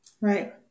Right